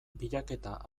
bilaketa